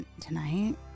tonight